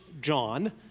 John